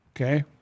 okay